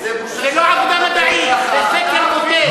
זאת לא עבודה מדעית, זה סקר מוטה.